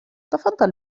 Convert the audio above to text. تفضل